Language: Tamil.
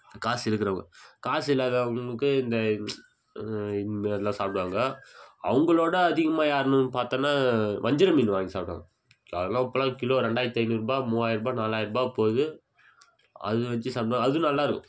அது காசு இருக்கிறவங்க காசு இல்லாதவங்களுக்கு இந்த இந்தமாரிலாம் சாப்பிடுவாங்க அவங்களோட அதிகமாக யாருன்னு பார்த்தோன்னா வஞ்சிர மீன் வாங்கி சாப்பிடுவாங்க அதெல்லாம் இப்போல்லாம் கிலோ ரெண்டாயிரத்து ஐந்நூறுபா மூவாயிர ரூபா நாலாயிர ரூபா போவுது அது வச்சு சாப்பிடுவாங்க அதுவும் நல்லா இருக்கும்